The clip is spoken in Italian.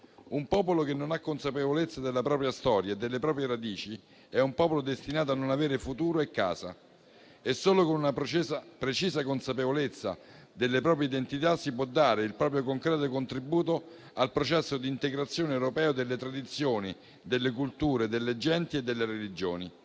Un popolo che non ha consapevolezza della propria storia e delle proprie radici è un popolo destinato a non avere futuro, né casa. È solo con una precisa consapevolezza della propria identità che si può dare il proprio concreto contributo al processo di integrazione europeo delle tradizioni, delle culture, delle genti e delle religioni.